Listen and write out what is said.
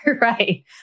Right